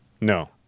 No